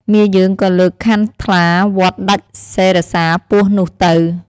មាយើងក៏លើកខាន់ថ្លាវាត់ដាច់សិរសាពស់នោះទៅ។